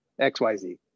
XYZ